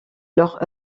leur